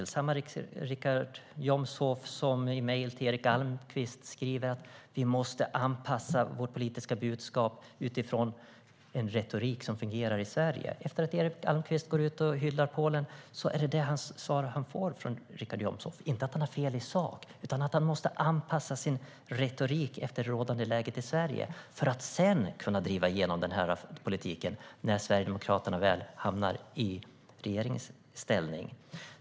Det är samma Richard Jomshof som skrev i mejl till Erik Almqvist att Sverigedemokraterna måste anpassa sitt politiska budskap till en retorik som fungerar i Sverige. Det är det svaret Erik Almqvist får från Richard Jomshof efter att ha hyllat Polen. Erik Almqvist har alltså inte fel i sak, utan han måste anpassa sin retorik efter det rådande läget i Sverige. Sedan, när Sverigedemokraterna väl har hamnat i regeringsställning, kan man driva igenom den politiken.